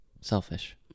selfish